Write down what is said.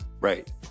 Right